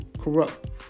corrupt